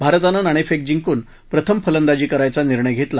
भारतानं नाणेफेक जिंकून प्रथम फलंदाजी करायचा निर्णय घेतला